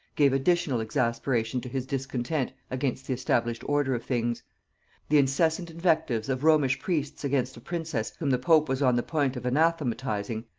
gave additional exasperation to his discontent against the established order of things the incessant invectives of romish priests against a princess whom the pope was on the point of anathematizing,